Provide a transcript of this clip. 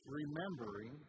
remembering